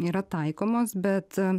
yra taikomos bet